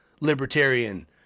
libertarian